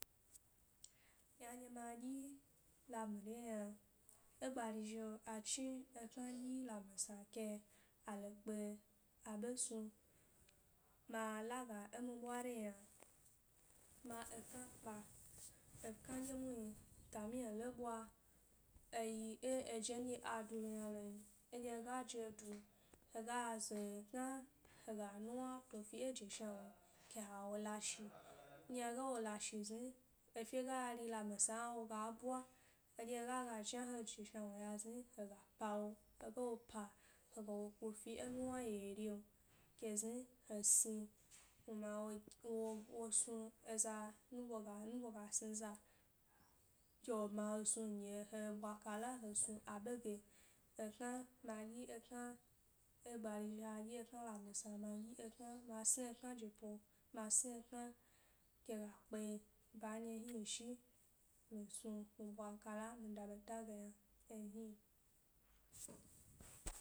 Yna nɗye ma dyi labmi le yna, e gbari zhi'u a chi e kna ɗyi labmisa ke ale kpe aɓe snu nn, ma lage e mi ɓwari yna ma ekna pa, ekna dye muhni kami hde ɓwa ayi ė eje nɗye a dulo yna lon, nɗye hega je du ga smi kna hega nuwna to fi ė je shua wnu'o, ke ba wo la shi nɗye hega wo la shi zni efye ga ri labmi sa hua woga bwa edye hega ga jna he'jeshna wnu'zni hega pawo, hega wo pa hega wo ku fi e nuwn wye wye ri'o ke zni he sni kuma wogi, wo wo snu eza nubo ga nubo ga sn za ke wo bma he snu a ɗye he ɓwa kalla he snu aɓe ge ekna, ma ɗyi ekna e gbari zhi'o a ɗyi ekna ma sni ekna jepo ma sni ekna ke ga kpe ba ndye hni zhi mi snu mi ɓwa kala mi da ɓeta ge yna eh hni n.